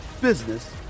business